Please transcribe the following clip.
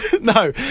no